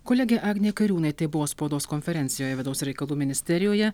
kolegė agnė kairiūnaitė buvo spaudos konferencijoje vidaus reikalų ministerijoje